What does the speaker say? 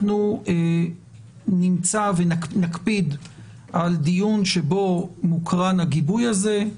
אנחנו נמצא ונקפיד על דיון שבו מוקרן הגיבוי הזה.